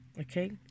okay